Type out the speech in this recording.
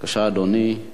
בבקשה, אדוני.